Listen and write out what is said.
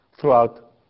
throughout